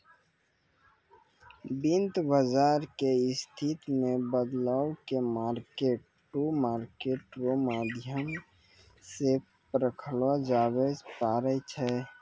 वित्त बाजार के स्थिति मे बदलाव के मार्केट टू मार्केट रो माध्यम से परखलो जाबै पारै छै